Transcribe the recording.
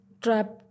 trapped